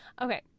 Okay